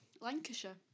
Lancashire